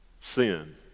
sin